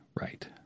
right